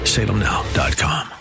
Salemnow.com